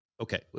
Okay